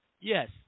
Yes